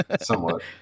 somewhat